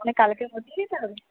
অনেক আগে থেকে দিয়ে দিতে হবে